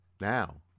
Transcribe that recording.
now